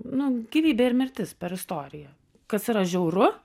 nu gyvybė ir mirtis per istoriją kas yra žiauru